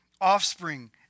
offspring